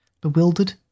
bewildered